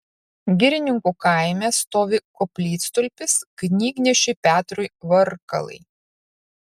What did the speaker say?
girininkų kaime stovi koplytstulpis knygnešiui petrui varkalai